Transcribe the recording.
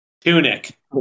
Tunic